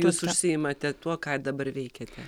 jūs užsiimate tuo ką dabar veikiate